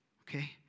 Okay